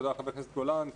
חבר הכנסת גולן,